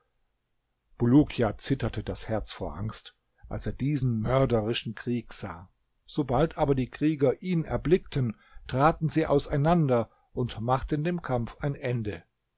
bulukia zitterte das herz vor angst als er diesen mörderischen krieg sah sobald aber die krieger ihn erblickten traten sie auseinander und machten dem kampf ein ende